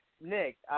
Nick